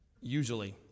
usually